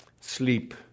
Sleep